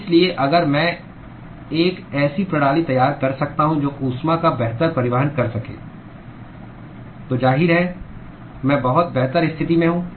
इसलिए अगर मैं एक ऐसी प्रणाली तैयार कर सकता हूं जो ऊष्मा का बेहतर परिवहन कर सके तो जाहिर है मैं बहुत बेहतर स्थिति में हूं